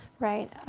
right.